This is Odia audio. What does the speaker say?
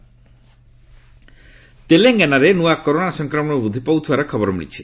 ତେଲଙ୍ଗାନା କୋଭିଡ ତେଲଙ୍ଗାନାରେ ନୂଆ କରୋନା ସଂକ୍ରମଣ ବୃଦ୍ଧି ପାଉଥିବାର ଖବର ମିଳିଛି